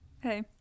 hey